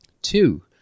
Two